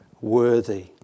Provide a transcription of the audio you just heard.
worthy